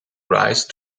rise